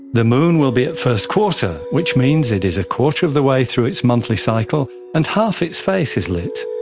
the moon will be at first quarter, which means it is a quarter of the way through its monthly cycle and half its face is lit.